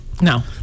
No